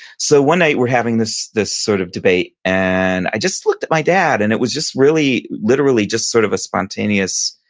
so one night we're having this this sort of debate, and i just looked at my dad and it was just really, literally just sort of a spontaneous,